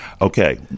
okay